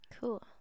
Cool